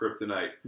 Kryptonite